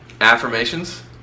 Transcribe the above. affirmations